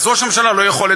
ראש הממשלה לא יכול,